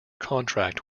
contract